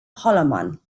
holloman